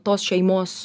tos šeimos